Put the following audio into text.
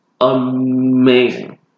amazing